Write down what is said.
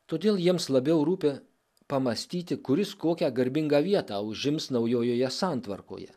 todėl jiems labiau rūpi pamąstyti kuris kokią garbingą vietą užims naujojoje santvarkoje